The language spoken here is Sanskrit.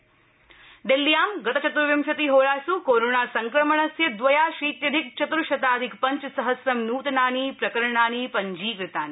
दिल्ली कोविड दिल्ल्यां गतचतुर्विशतिहोरास् कोरोना संक्रमणस्य द्वयाशीत्यधिक चतुर् शताधिक पञ्चसहस्रं नूतनानि प्रकरणानि पञ्जीकृतानि